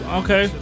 okay